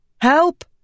Help